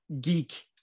geek